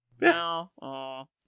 No